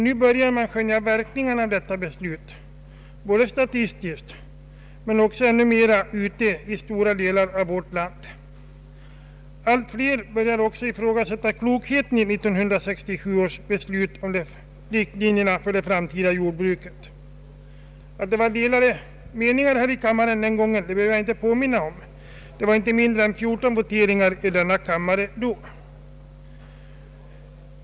Nu börjar man skönja verkningarna av detta beslut både statistiskt och, ännu mer, ute i stora delar av vårt land. Allt fler börjar också ifrågasätta klokheten i 1967 års beslut om riktlinjerna för den framtida jordbrukspolitiken. Att det var delade meningar här i kammaren den gången behöver jag inte påminna om; det företogs inte mindre än 14 voteringar i frågan.